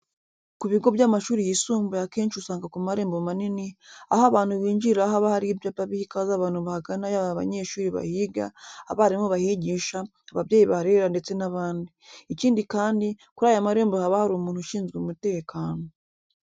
Ku bigo by'amashuri yisumbuye akenshi usanga ku marembo manini, aho abantu binjirira haba hari ibyapa biha ikaze abantu bahagana yaba abanyeshuri bahiga, abarimu bahigisha, ababyeyi baharerera ndetse n'abandi. Ikindi kandi, kuri aya marembo haba hari umuntu ushinzwe umutekano.